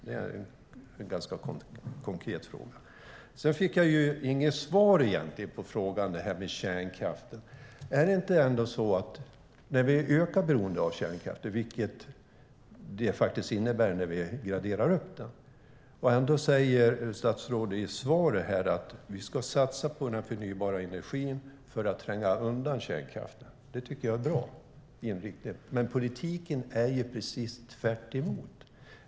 Det är en konkret fråga. Jag fick inte svar på frågan om kärnkraften. Vi ökar beroendet av kärnkraft, vilket är vad det innebär när vi graderar upp den. I svaret säger statsrådet att vi ska satsa på den förnybara energin för att tränga undan kärnkraften. Det tycker jag är bra, men politiken är ju precis tvärtom.